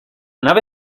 nave